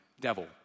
devil